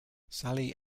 sally